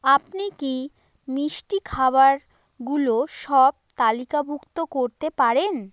আপনি কি মিষ্টি খাবারগুলো সব তালিকাভুক্ত করতে পারেন